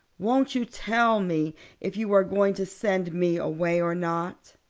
won't you tell me if you are going to send me away or not?